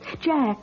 Jack